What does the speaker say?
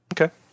Okay